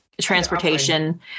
transportation